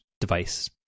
device